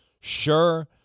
Sure